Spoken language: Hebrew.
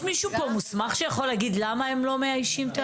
יש פה מישהו מוסמך שיכול להגיד למה הם לא מאיישים?